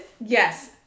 Yes